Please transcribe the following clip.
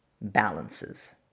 balances